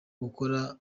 gukora